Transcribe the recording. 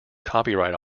copyright